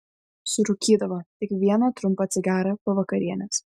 surūkydavo tik vieną trumpą cigarą po vakarienės